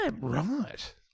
Right